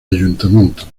ayuntamiento